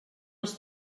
els